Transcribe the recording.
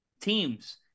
teams